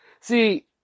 see